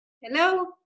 Hello